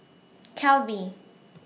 Calbee